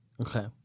Okay